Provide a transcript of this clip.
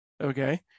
okay